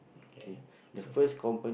okay so